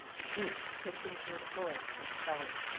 the troops, sifting through the forest, were sullen.